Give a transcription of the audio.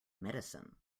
medicine